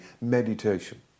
meditation